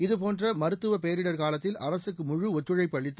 இதுபோன்ற மருத்துவ பேரிடர் காலத்தில் அரசுக்கு முழு ஒத்துழைப்பு அளித்து